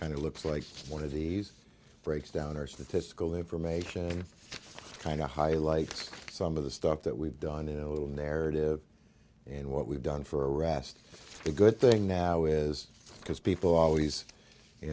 kind of looks like one of these breaks down or statistical information kind of highlights some of the stuff that we've done in a little narrative and what we've done for arrest the good thing now is because people always you